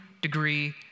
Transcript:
degree